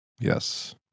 Yes